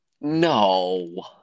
No